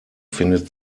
findet